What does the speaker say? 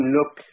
look